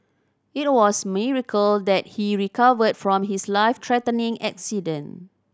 it was a miracle that he recovered from his life threatening accident